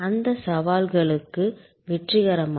அந்த சவால்களுக்கு வெற்றிகரமாக